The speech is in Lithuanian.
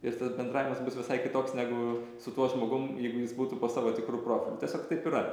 ir tas bendravimas bus visai kitoks negu su tuo žmogum jeigu jis būtų po savo tikru profiliu tiesiog taip yra